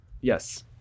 Yes